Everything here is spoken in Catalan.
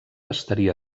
estaria